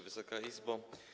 Wysoka Izbo!